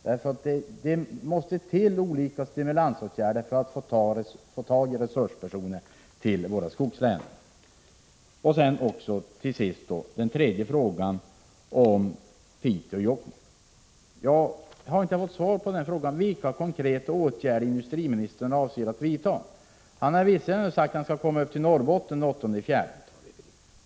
Det måste till olika stimulansåtgärder för att få tag i resurspersoner till våra skogslän. Till sist den tredje frågan om Piteå och Jokkmokk. Jag har inte fått svar på frågan om vilka konkreta åtgärder industriministern avser att vidta. Han har visserligen sagt att han skall komma upp till Norrbotten den 8 april.